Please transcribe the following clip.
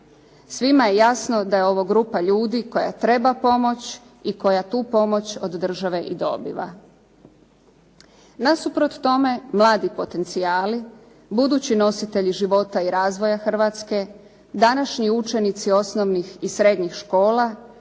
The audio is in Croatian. Svima je jasno da je ovo grupa ljudi koja treba pomoć i koja tu pomoć od države i dobiva. Nasuprot tome, mladi potencijali, budući nositelji života i razvoja Hrvatske, današnji učenici osnovnih i srednjih škola